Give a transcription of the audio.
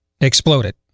exploded